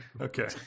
Okay